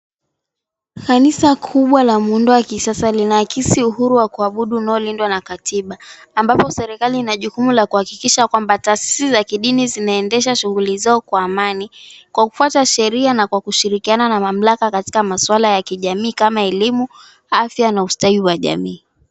Kanisa kubwa la muundo wa kisasa linaakisi uhuru wa kuabudu unaolindwa na katiba ambapo serikali ina jukumu la kuhakikisha kwamba taasisi za kidini zinaendesha shughuli zao kwa amani kwa kufuata sheria na kwa kushirikiana na mamlaka katika maswala ya kijamii kama elimu, afya na ustawi wa jamii.